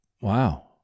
wow